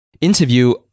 interview